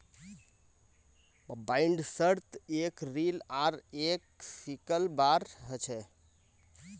बाइंडर्सत एक रील आर एक सिकल बार ह छे